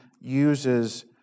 uses